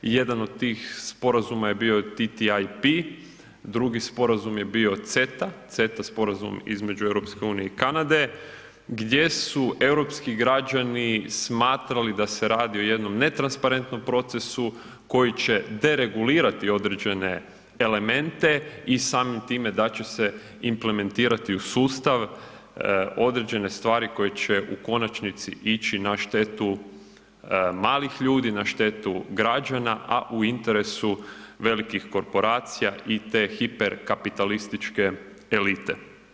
I jedan od tih sporazuma je bio TTIP, drugi sporazum je bio CETA, CETA sporazum između EU i Kanade gdje su europski građani smatrali da se radi o jednom netransparentnom procesu koji će deregulirati određene elemente i samim time da će se implementirati u sustav određene stvari koje će u konačnici ići na štetu malih ljudi, na štetu građana a u interesu velikih korporacija i te hiperkapitalističke elite.